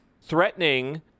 threatening